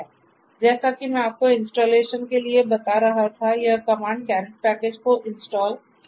इसलिए जैसा कि मैं आपको इंस्टॉलेशन के लिए बता रहा था यह कमांड कैरट पैकेज को इंस्टॉल करेगा